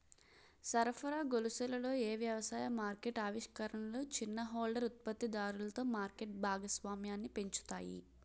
సరఫరా గొలుసులలో ఏ వ్యవసాయ మార్కెట్ ఆవిష్కరణలు చిన్న హోల్డర్ ఉత్పత్తిదారులలో మార్కెట్ భాగస్వామ్యాన్ని పెంచుతాయి?